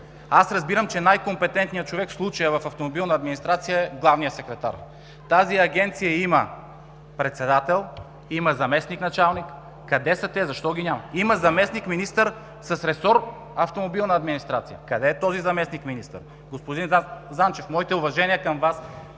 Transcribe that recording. Аз разбирам, че в случая най-компетентният човек в „Автомобилна администрация“ е главният секретар. Тази агенция има председател, има заместник-началник. Къде са те? Защо ги няма? Има заместник-министър с ресор „Автомобилна администрация“. Къде е този заместник-министър? Господин Занчев, моите уважения към Вас,